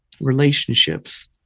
relationships